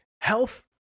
health